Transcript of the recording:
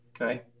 Okay